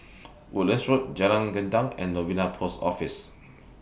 Woodlands Road Jalan Gendang and Novena Post Office